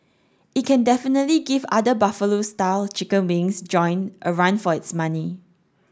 it can definitely give other Buffalo style chicken wings joint a run for its money